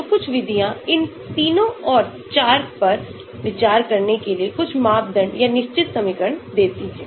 तो कुछ विधियाँ इन तीनों और चार पर विचार करने के लिए कुछ मानदंड या निश्चित समीकरण देती हैं